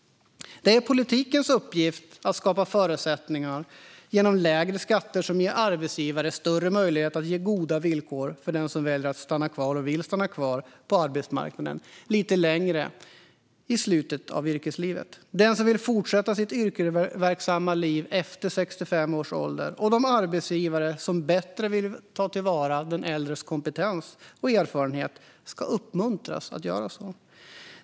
Det är politikens uppgift att skapa förutsättningar genom lägre skatter som ger arbetsgivare större möjligheter att ge goda villkor för den som väljer att stanna kvar på arbetsmarknaden lite längre i slutet av yrkeslivet. De som vill fortsätta sitt yrkesverksamma liv efter 65 års ålder och de arbetsgivare som bättre vill ta till vara den äldres kompetens och erfarenhet ska uppmuntras att göra det.